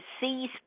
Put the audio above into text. seize